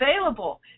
available